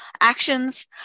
actions